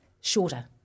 Shorter